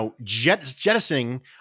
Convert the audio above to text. jettisoning